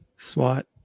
swat